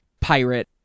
pirate